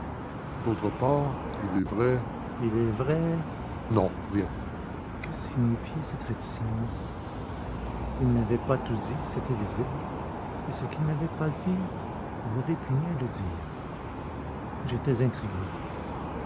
d'autre part il est vrai il est vrai non rien que signifiait cette réticence il n'avait pas tout dit c'était visible et ce qu'il n'avait pas dit il répugnait à le dire j'étais intrigué